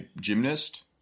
gymnast